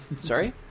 Sorry